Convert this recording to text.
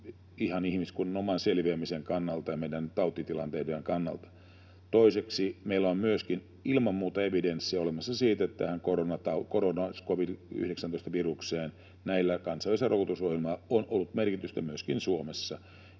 ihan ihmiskunnan oman selviämisen kannalta ja meidän tautitilanteiden kannalta. Toiseksi meillä on myöskin ilman muuta evidenssiä olemassa siitä, että tähän koronaan, covid-19-virukseen, tällä kansainvälisellä rokotusohjelmalla on ollut merkitystä myöskin Suomessa.